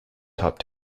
top